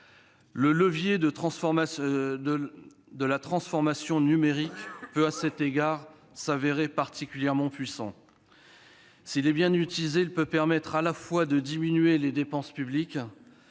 Le levier de la transformation numérique peut à cet égard se révéler particulièrement puissant. S'il est bien utilisé, il peut permettre à la fois de diminuer les dépenses publiques